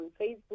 Facebook